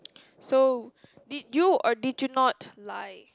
so did you or did you not lie